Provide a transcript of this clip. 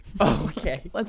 Okay